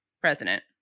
president